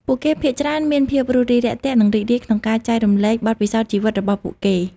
ពួកគេភាគច្រើនមានភាពរួសរាយរាក់ទាក់ និងរីករាយក្នុងការចែករំលែកបទពិសោធន៍ជីវិតរបស់ពួកគេ។